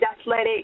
athletic